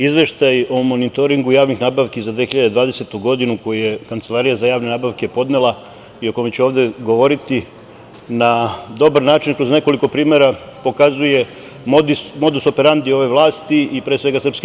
Izveštaj o monitoringu javnih nabavki za 2020. godinu, koji je Kancelarija za javne nabavke podnela i o kome ću ovde govoriti, na dobar način kroz nekoliko primera pokazuje modus operandi ove vlasti i, pre svega, SNS.